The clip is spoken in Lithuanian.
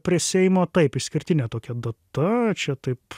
prie seimo taip išskirtinė tokia data čia taip